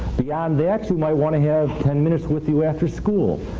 beyond that, you might want to have ten minutes with you after school,